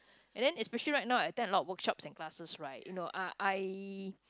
and then especially right now I attend a lot of workshops and classes right you know uh I